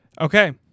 Okay